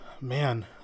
Man